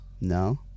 No